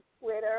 Twitter